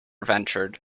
ventured